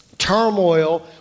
turmoil